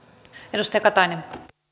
arvoisa puhemies